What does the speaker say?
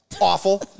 Awful